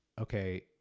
okay